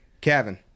Kevin